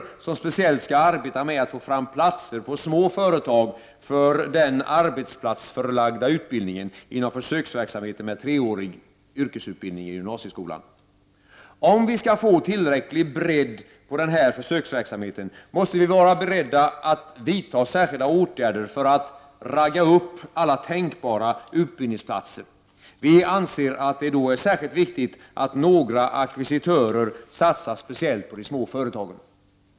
Dessa skall speciellt arbeta med att få fram platser på små företag för den arbetsplatsförlagda utbildningen inom försöksverksamheten med treårig yrkesutbildning i gymnasieskolan. Om vi skall få tillräcklig bredd på den här försöksverksamheten, måste vi vara beredda att vidta särskilda åtgärder för att ”ragga upp” alla tänkbara utbildningsplatser. Vi anser att det då är särskilt viktigt att några ackvisitörer satsar speciellt på de små företagen.